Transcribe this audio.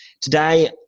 Today